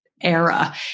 era